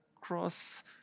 Cross